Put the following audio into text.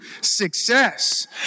success